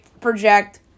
project